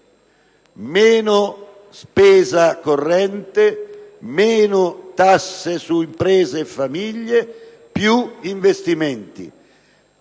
meno spesa corrente, meno tasse su imprese e famiglie, più investimenti.